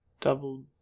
double